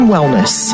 Wellness